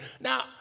Now